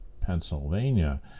Pennsylvania